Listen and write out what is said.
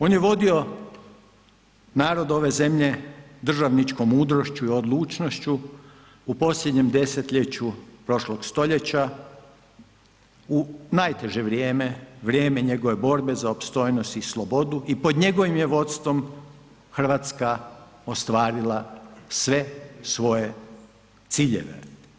On je vodio narod ove zemlje državničkom mudrošću i odlučnošću u posljednjem desetljeću prošlog stoljeća u najteže vrijeme, vrijeme njegove borbe za opstojnost i slobodu i pod njegovim je vodstvom RH ostvarila sve svoje ciljeve.